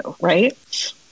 right